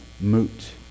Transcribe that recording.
moot